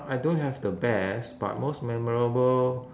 I don't have the best but most memorable